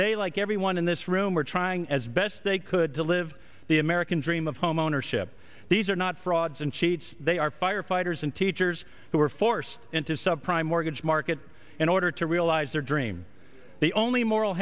they like everyone in this room are trying as best they could to live the american dream of homeownership these are not frauds and cheats they are firefighters and teachers who were forced into sub prime mortgage market in order to realize their dream the only moral